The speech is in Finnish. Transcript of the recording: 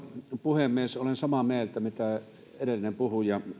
puhemies olen samaa mieltä kuin edellinen puhuja